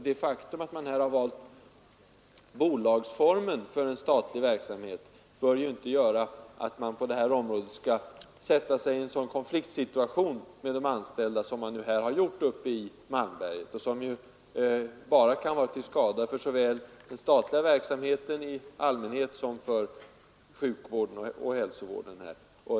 Det faktum att man valt bolagsformen för en statlig verksamhet bör inte medföra att man försätter sig i en sådan konfliktsituation i förhållande till de anställda som man gjort i Malmberget. Det kan bara vara till skada såväl för den statliga verksamheten i allmänhet som för hälsooch sjukvården där.